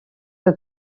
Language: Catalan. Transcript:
que